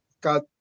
got